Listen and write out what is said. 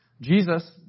Jesus